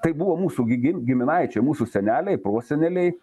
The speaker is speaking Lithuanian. tai buvo mūsų gi giminaičiai mūsų seneliai proseneliai